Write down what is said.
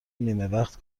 نیمهوقت